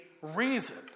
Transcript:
reason